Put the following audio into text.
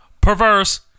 perverse